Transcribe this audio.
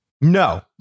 No